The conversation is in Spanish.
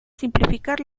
simplificar